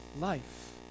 life